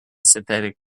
synthetic